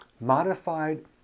modified